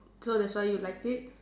so that's why you liked it